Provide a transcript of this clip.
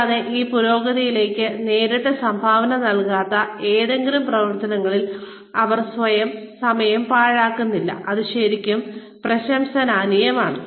കൂടാതെ ഈ പുരോഗതിയിലേക്ക് നേരിട്ട് സംഭാവന നൽകാത്ത ഏതെങ്കിലും പ്രവർത്തനങ്ങളിൽ അവർ സമയം പാഴാക്കുന്നില്ല അത് ശരിക്കും പ്രശംസനീയമാണ്